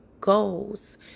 goals